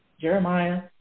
Jeremiah